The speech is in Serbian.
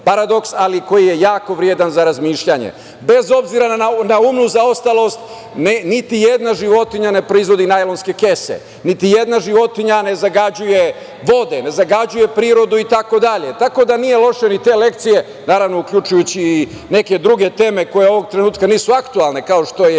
ali koji je jako vredan za razmišljanje. Bez obzira na umnu zaostalost, niti jedna životinja ne proizvodi najlonske kese, niti jedna životinja ne zagađuje vode, ne zagađuje prirodu, itd. Tako da nije loše ni te lekcije, naravno, uključujući i neke druge teme koje ovog trenutka nisu aktuelne, kao što je